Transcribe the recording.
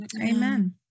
Amen